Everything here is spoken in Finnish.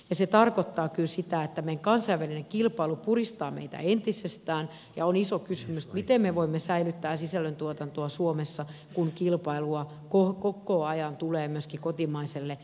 se tarkoittaa kyllä sitä että kansainvälinen kilpailu puristaa meitä entisestään ja on iso kysymys miten me voimme säilyttää sisällöntuotantoa suomessa kun kilpailua koko ajan tulee myöskin kotimaiselle lehdistölle ulkoa